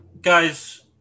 guys